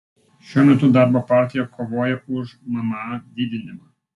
šiuo metu darbo partija kovoja už mma didinimą